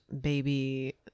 baby